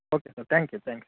okay sir thank you thank you